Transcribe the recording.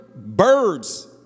birds